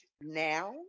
now